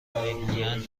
میگویند